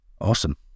Awesome